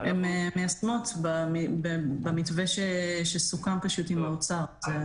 הן מיישמות במתווה שסוכם פשוט עם האוצר.